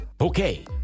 Okay